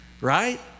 right